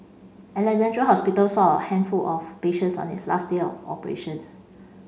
Alexandra Hospital saw a handful of patients on its last day of operations